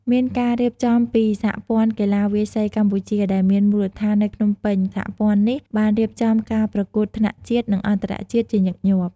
មានការរៀបចំពីសហព័ន្ធកីឡាវាយសីកម្ពុជា ដែលមានមូលដ្ឋាននៅភ្នំពេញ សហព័ន្ធនេះបានរៀបចំការប្រកួតថ្នាក់ជាតិ និងអន្តរជាតិជាញឹកញាប់។